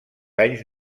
anys